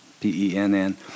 P-E-N-N